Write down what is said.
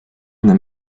una